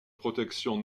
protection